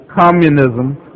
communism